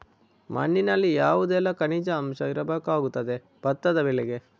ಮಣ್ಣಿನಲ್ಲಿ ಯಾವುದೆಲ್ಲ ಖನಿಜ ಅಂಶ ಇರಬೇಕಾಗುತ್ತದೆ ಭತ್ತದ ಬೆಳೆಗೆ?